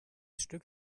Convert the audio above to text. stück